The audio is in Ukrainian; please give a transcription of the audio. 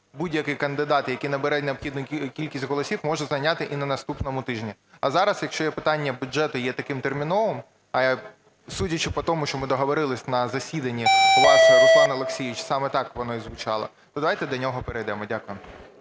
будь-який кандидат, який набере необхідну кількість голосів, може зайняти і на наступному тижні. А зараз, якщо питання бюджету є таким терміновим, судячи по тому, що ми договорилися на засіданні, у вас, Руслане Олексійовичу, саме так воно і звучало, то давайте до нього перейдемо. Дякую.